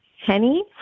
Henny